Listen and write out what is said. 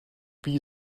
wie